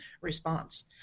response